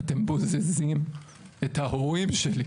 אתם בוזזים את ההורים שלי.